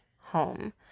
home